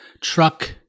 truck